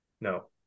No